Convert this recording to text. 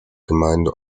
gemeinde